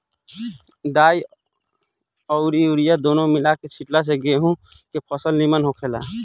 डाई अउरी यूरिया दूनो मिला के छिटला से गेंहू के फसल निमन होखेला